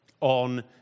on